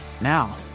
Now